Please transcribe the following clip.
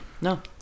No